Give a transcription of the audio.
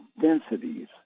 densities